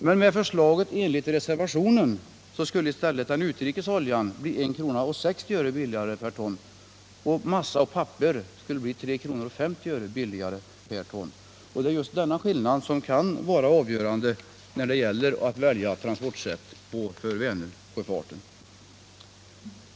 Men enligt reservationens förslag skulle i stället den importerade oljan bli 1 kr. 60 öre billigare per ton och massa och papper 3 kr. 50 öre billigare per ton. Just denna skillnad kan bli avgörande när det gäller att välja transportsätt för Vänersjöfarten.